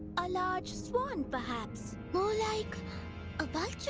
a large swan, perhaps. more like a vulture.